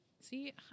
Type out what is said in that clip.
See